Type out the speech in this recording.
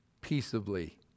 peaceably